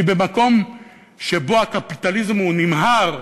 כי במקום שבו הקפיטליזם נמהר,